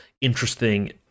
interesting